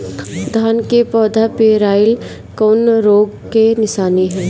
धान के पौधा पियराईल कौन रोग के निशानि ह?